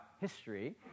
history